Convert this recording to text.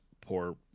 poor